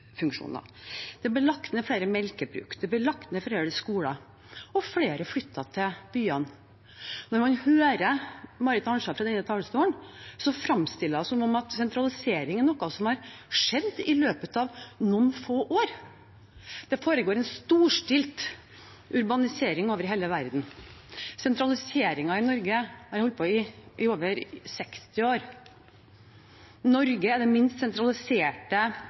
Det ble lagt ned flere melkebruk, det ble lagt ned flere skoler, og flere flyttet til byene. Når man hører Marit Arnstad fra denne talerstolen, framstiller hun det som om sentralisering er noe som har skjedd i løpet av noen få år. Det foregår en storstilt urbanisering over hele verden. Sentraliseringen i Norge har holdt på i over 60 år. Norge er det minst sentraliserte